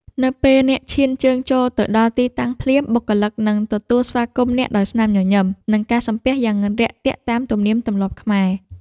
នៅពេលអ្នកឈានជើងចូលទៅដល់ទីតាំងភ្លាម បុគ្គលិកនឹងទទួលស្វាគមន៍អ្នកដោយស្នាមញញឹម និងការសំពះយ៉ាងរាក់ទាក់តាមទំនៀមទម្លាប់ខ្មែរ។